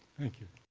thank you.